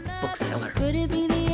bookseller